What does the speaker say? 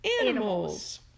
Animals